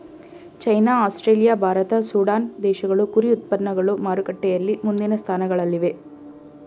China Australia Bharat Sudan ದೇಶಗಳು ಕುರಿ ಉತ್ಪನ್ನಗಳು ಮಾರುಕಟ್ಟೆಯಲ್ಲಿ ಮುಂದಿನ ಸ್ಥಾನಗಳಲ್ಲಿವೆ